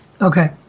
Okay